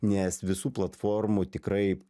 nes visų platformų tikrai